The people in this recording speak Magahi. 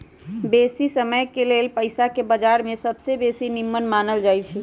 बेशी समयके लेल पइसाके बजार में सबसे बेशी निम्मन मानल जाइत हइ